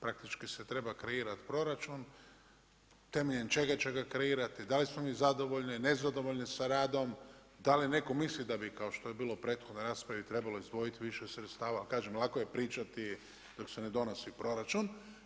Praktički se treba kreirati proračun temeljem čega će ga kreirati, da li smo mi zadovoljni, nezadovoljni sa radom, da li netko misli da bi kao što je bilo u prethodnoj raspravi trebalo izdvojiti više sredstava ali kažem lako je pričati dok se ne donosi proračun.